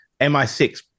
mi6